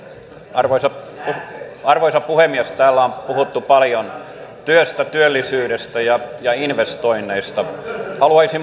arvoisa arvoisa puhemies täällä on puhuttu paljon työstä työllisyydestä ja ja investoinneista haluaisin